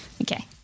Okay